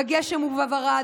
בגשם ובברד,